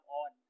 on